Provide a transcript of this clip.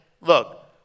look